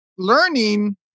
learning